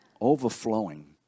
Overflowing